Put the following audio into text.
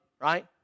right